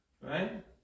Right